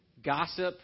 Gossip